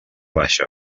baixa